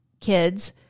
kids